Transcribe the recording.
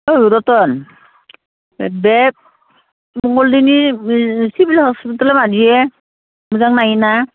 औ रटन बे मंगलदैनि सिभिल हस्पिटाला माबायदि मोजां नायोना